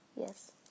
Yes